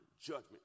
judgment